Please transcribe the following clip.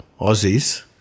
Aussies